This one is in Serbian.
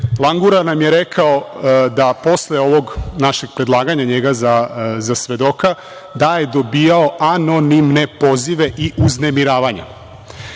Langura nam je rekao da posle ovog našeg predlaganja njega za svedoka, da je dobio anonimne pozive i uznemiravanja. Ostaviću